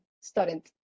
student